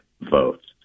votes